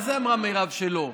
מה זה אמרה מירב שלא?